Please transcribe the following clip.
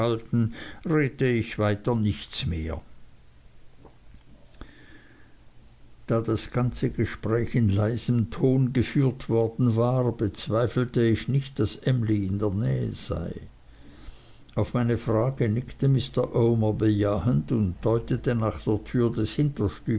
ich weiter nichts mehr da das ganze gespräch in leisem ton geführt worden war bezweifelte ich nicht daß emly in der nähe sei auf meine frage nickte mr omer bejahend und deutete nach der tür des